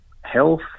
health